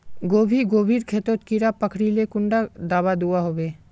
गोभी गोभिर खेतोत कीड़ा पकरिले कुंडा दाबा दुआहोबे?